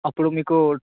అప్పుడు మీకు